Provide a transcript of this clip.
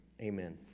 amen